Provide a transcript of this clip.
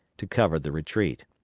to cover the retreat.